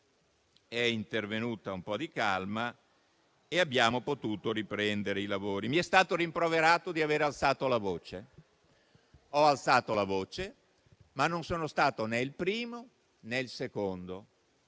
è intervenuta un po' di calma, quindi li abbiamo potuti riprendere. Mi è stato rimproverato di aver alzato la voce. Ho alzato la voce, ma non sono stato né il primo, né il secondo.